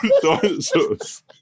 dinosaurs